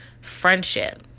friendship